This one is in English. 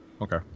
Okay